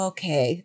Okay